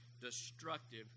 destructive